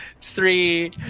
three